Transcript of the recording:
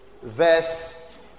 Verse